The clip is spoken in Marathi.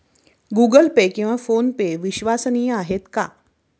गूगल पे किंवा फोनपे विश्वसनीय आहेत का?